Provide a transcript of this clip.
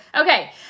Okay